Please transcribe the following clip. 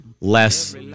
less